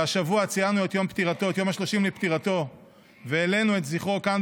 השבוע ציינו את יום ה-30 לפטירתו והעלינו את זכרו כאן,